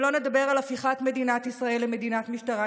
שלא נדבר על הפיכת מדינת ישראל למדינת משטרה,